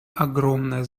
огромная